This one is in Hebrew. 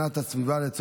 להלן תוצאות ההצבעה: 12